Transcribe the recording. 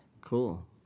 Cool